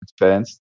advanced